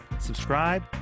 subscribe